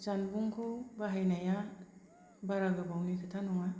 जानबुंखौ बाहायनाया बारा गोबावनि खोथा नङा